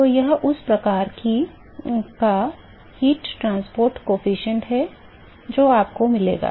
तो यह उस प्रकार का ताप परिवहन गुणांक प्रोफाइल है जो आपको मिलेगा